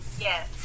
yes